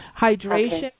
hydration